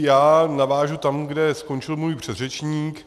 Já navážu tam, kde skončil můj předřečník.